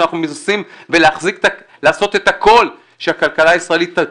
שאנחנו מנסים לעשות את הכל שהכלכלה הישראלית,